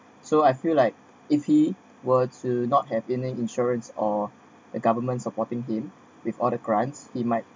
so I feel like if he were to not have in an insurance or the government supporting him with all the grants he might